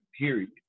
period